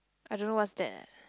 I don't know what's that eh